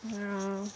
ya lor